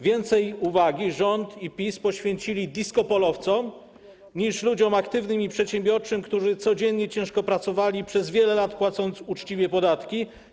Więcej uwagi rząd i PiS poświęcili discopolowcom niż ludziom aktywnym i przedsiębiorczym, którzy codziennie ciężko pracowali, przez wiele lat płacąc uczciwie podatki.